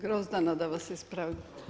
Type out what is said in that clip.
Grozdana, da vas ispravim.